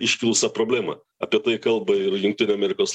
iškilusią problemą apie tai kalba ir jungtinių amerikos